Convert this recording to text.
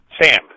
Sam